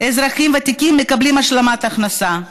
אזרחים ותיקים מקבלים השלמת הכנסה,